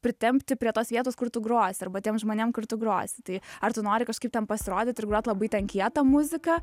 pritempti prie tos vietos kur tu grosi arba tiem žmonėm kur tu grosi tai ar tu nori kažkaip ten pasirodyti ir grot labai ten kietą muziką